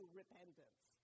repentance